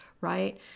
right